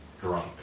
Drunk